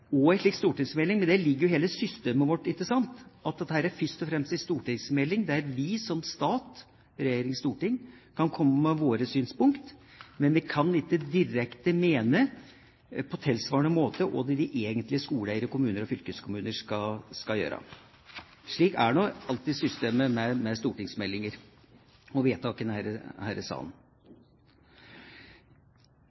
Men det ligger jo i hele systemet vårt at det først og fremst er i en stortingsmelding vi som stat – regjering og storting – kan komme med våre synspunkter. Vi kan ikke direkte mene på tilsvarende måte hva de egentlige skoleeiere – kommuner og fylkeskommuner – skal gjøre. Slik er systemet med stortingsmeldinger og vedtak her i salen. Før jeg går videre her, og sikkert i